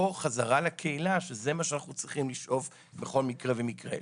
או חזרה לקהילה שזה מה שאנחנו צריכים לשאוף בכל מקרה ומקרה.